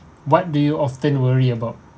what do you often worry about